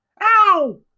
Ow